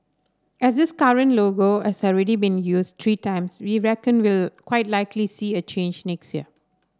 as this current logo has already been used three times we reckon we'll quite likely see a change next year